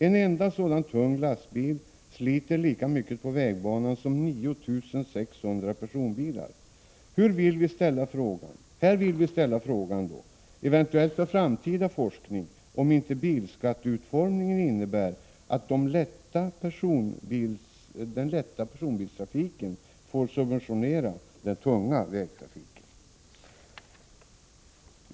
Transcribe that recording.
En enda sådan tung lastbil sliter lika mycket på vägbanan som 9 600 personbilar. Här vill vi ställa frågan — eventuellt för framtida forskning — om inte bilskatteutformningen innebär att den lätta personbilstrafiken får subventionera den tunga vägtrafiken.